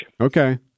okay